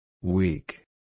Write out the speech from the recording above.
Weak